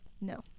No